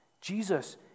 Jesus